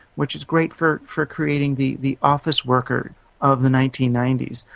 which is great for for creating the the office worker of the nineteen ninety s,